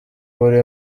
buri